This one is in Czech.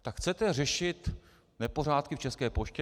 Tak chcete řešit nepořádky v České poště?